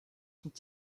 sont